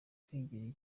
kwigirira